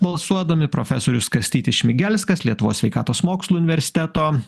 balsuodami profesorius kastytis šmigelskas lietuvos sveikatos mokslų universiteto